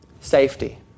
safety